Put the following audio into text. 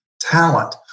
talent